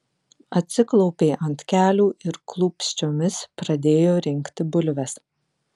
atsiklaupė ant kelių ir klūpsčiomis pradėjo rinkti bulves